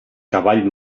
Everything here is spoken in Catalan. cavall